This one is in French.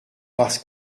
parce